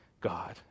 God